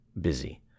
busy